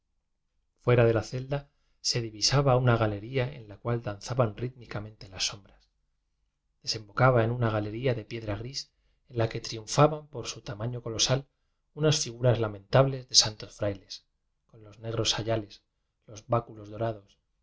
fuera de la celda se divi saba una galería en la cual danzaban rítmi camente las sombras desembocaba en una escalera de piedra gris en la que triunfaban por su tamaño colosal unas figuras lamen tables de santos frailes con los negros sa yales los báculos dorados